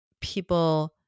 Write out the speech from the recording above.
people